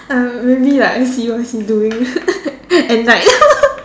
uh maybe like I see what is he doing at night